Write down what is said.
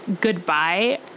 goodbye